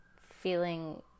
feeling